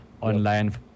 online